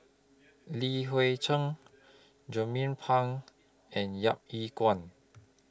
Li Hui Cheng Jernnine Pang and Yap Ee